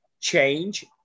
change